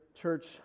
church